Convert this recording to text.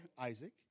Isaac